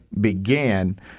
began